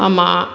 ஆமாம்